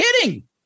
kidding